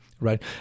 Right